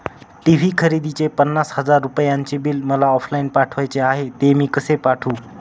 TV खरेदीचे पन्नास हजार रुपयांचे बिल मला ऑफलाईन पाठवायचे आहे, ते मी कसे पाठवू?